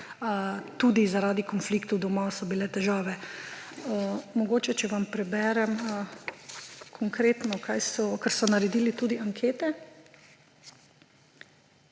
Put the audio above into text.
Tudi zaradi konfliktov doma so bile težave. Če vam preberem konkretno, ker so naredili tudi ankete,